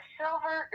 silver